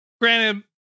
granted